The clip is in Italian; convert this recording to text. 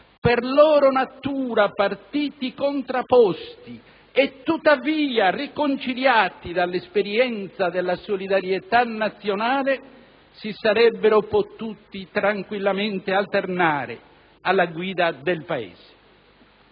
per loro natura partiti contrapposti e tuttavia riconciliati dall'esperienza della solidarietà nazionale, si sarebbero potuti tranquillamente alternare alla guida del Paese.